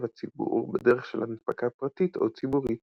הציבור בדרך של הנפקה פרטית או ציבורית.